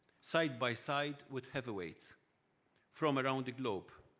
side-by-side with heavyweights from around the globe.